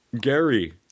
Gary